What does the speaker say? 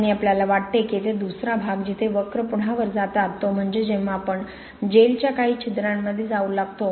आणि आपल्याला वाटते की येथे दुसरा भाग जिथे वक्र पुन्हा वर जातात तो म्हणजे जेव्हा आपण जेलच्या काही छिद्रांमध्ये जाऊ लागतो